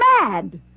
mad